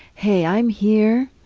hey, i'm here.